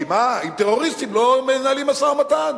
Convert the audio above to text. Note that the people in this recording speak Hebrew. כי עם טרוריסטים לא מנהלים משא-ומתן.